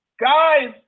guys